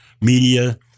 media